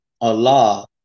Allah